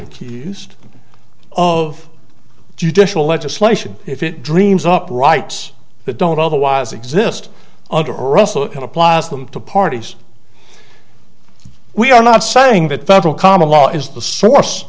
accused of judicial legislation if it dreams up rights that don't otherwise exist under also it applies them to parties we are not saying that federal common law is the source